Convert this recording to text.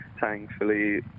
thankfully